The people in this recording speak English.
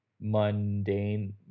mundane